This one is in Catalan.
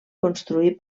construir